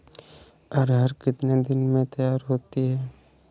अरहर कितनी दिन में तैयार होती है?